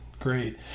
great